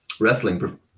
Wrestling